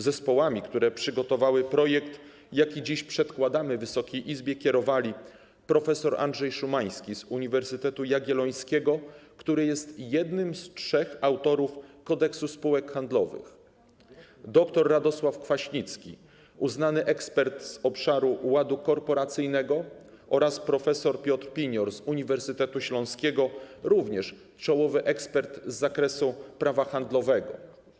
Zespołami, które przygotowały projekt, jaki dziś przedkładamy Wysokiej Izbie, kierowali: prof. Andrzej Szumański z Uniwersytetu Jagiellońskiego, który jest jednym z trzech autorów Kodeksu spółek handlowych, dr Radosław Kwaśnicki, uznany ekspert z obszaru ładu korporacyjnego, oraz prof. Piotr Pinior z Uniwersytetu Śląskiego, również czołowy ekspert z zakresu prawa handlowego.